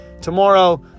Tomorrow